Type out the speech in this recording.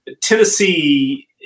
Tennessee